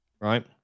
Right